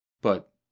But